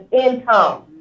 income